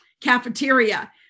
cafeteria